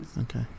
Okay